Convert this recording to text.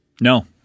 No